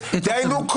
דהיינו,